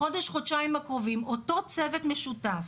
בחודש-חודשיים הקרובים אותו צוות משותף